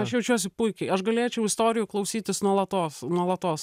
aš jaučiuosi puikiai aš galėčiau istorijų klausytis nuolatos nuolatos